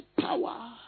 power